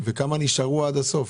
כמה נשארו עד הסוף,